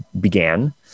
began